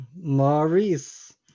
Maurice